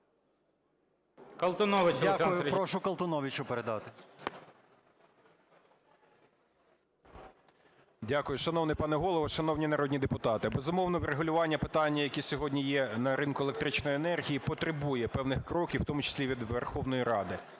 14:17:53 КОЛТУНОВИЧ О.С. Дякую. Шановний пане Голово, шановні народні депутати! Безумовно, врегулювання питання, яке сьогодні є на ринку електричної енергії, потребує певних кроків, в тому числі і від Верховної Ради.